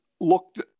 looked